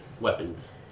weapons